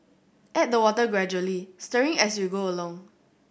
add the water gradually stirring as you go along